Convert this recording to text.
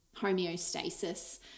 homeostasis